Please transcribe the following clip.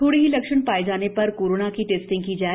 थोड़े भी लक्षण पाए जाने पर कोरोना की टैस्टिंग की जाए